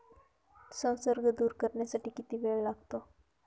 संसर्ग दूर करण्यासाठी किती वेळ लागेल?